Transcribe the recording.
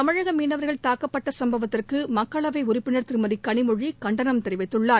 தமிழகமீனவர்கள் தாக்கப்பட்டசம்பவத்திற்குமக்களவைஉறுப்பினர் திருமதிகனிமொழிகண்டனம் தெரிவித்துள்ளார்